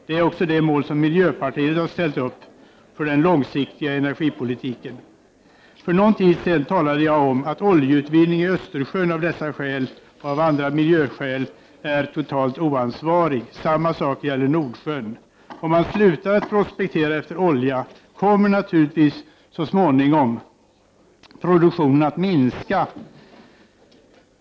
Detta är också det mål som miljöpartiet ställt upp för den långsiktiga energipolitiken. För någon tid sedan talade jag om att oljeutvinning i Östersjön av dessa skäl och andra miljöskäl är totalt oansvarig, och samma sak gäller Nordsjön. Om man slutar att prospektera efter olja kommer naturligtvis så småningom produktionen att minska.